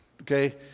okay